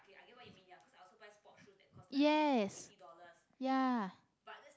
yes ya